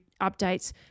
updates